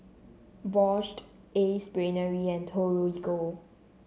Ace Brainery and Torigo